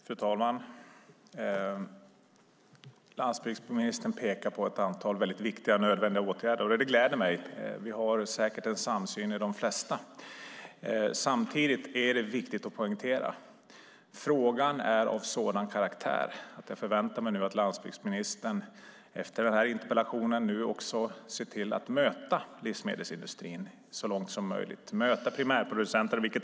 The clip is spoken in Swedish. Fru talman! Landsbygdsministern pekar på ett antal viktiga och nödvändiga åtgärder, och det gläder mig. Vi har säkert en samsyn i det mesta. Samtidigt är det viktigt att poängtera att frågan är av sådan karaktär att jag förväntar mig att landsbygdsministern efter denna interpellation ser till att i stor utsträckning möta livsmedelsindustrin och primärproducenterna.